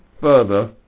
further